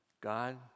God